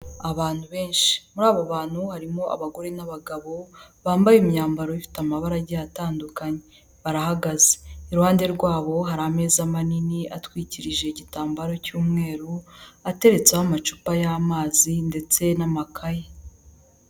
Abantu benshi muri abo bantu harimo abagore n'abagabo bambaye imyambaro ifite amabara agiye atandukanye, barahagaze, iruhande rwabo hari ameza manini atwikirije igitambaro cy'umweru ateretseho amacupa y'amazi ndetse n'amakayi.